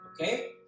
Okay